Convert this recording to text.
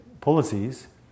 policies